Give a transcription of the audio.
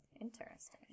Interesting